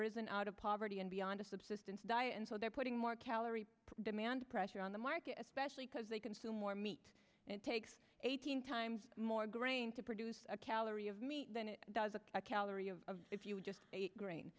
risen out of poverty and beyond a subsistence diet and so they're putting more calorie demand pressure on the market especially because they consume more meat it takes a thousand times more grain to produce a calorie of meat than it does a calorie of if you just ate gr